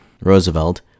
Roosevelt